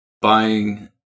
Buying